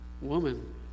Woman